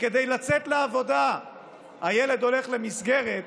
וכדי לצאת לעבודה הילד הולך למסגרת,